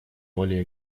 более